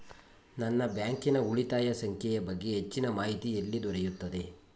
ನನ್ನ ಬ್ಯಾಂಕಿನ ಉಳಿತಾಯ ಸಂಖ್ಯೆಯ ಬಗ್ಗೆ ಹೆಚ್ಚಿನ ಮಾಹಿತಿ ಎಲ್ಲಿ ದೊರೆಯುತ್ತದೆ?